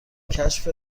کشف